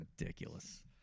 ridiculous